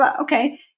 Okay